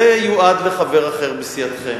זה יועד לחבר אחר מסיעתכם,